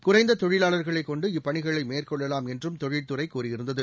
குறைந்த தொழிலாளர்களை கொண்டு இப்பணிகளை மேற்கொள்ளலாம் என்றும் தொழிற்துறை கூறியிருந்தது